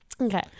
Okay